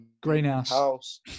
greenhouse